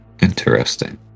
Interesting